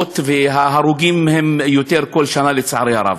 רבות ויש יותר הרוגים בכל שנה, לצערי הרב.